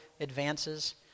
advances